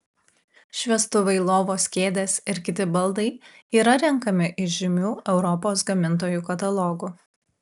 šviestuvai lovos kėdės ir kiti baldai yra renkami iš žymių europos gamintojų katalogų